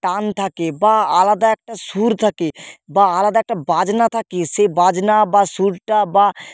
টান থাকে বা আলাদা একটা সুর থাকে বা আলাদা একটা বাজনা থাকে সেই বাজনা বা সুরটা বা